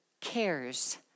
cares